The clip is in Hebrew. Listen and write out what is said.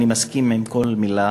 אני מסכים עם כל מילה